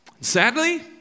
Sadly